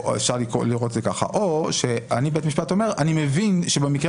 אפשר לראות את זה כך או שאני בית משפט אומר שאני מבין שבמקרה